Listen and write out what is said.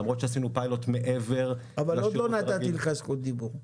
למרות שעשינו פיילוט מעבר --- עוד לא נתתי לך את זכות הדיבור.